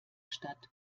statt